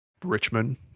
richmond